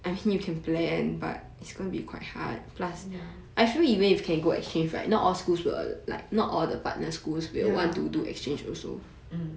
ya ya mm